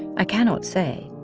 i cannot say,